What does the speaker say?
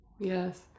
yes